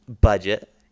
budget